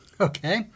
Okay